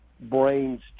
brains